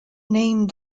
named